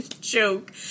joke